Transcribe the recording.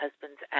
husband's